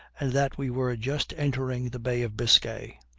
and that we were just entering the bay of biscay.